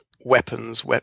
weapons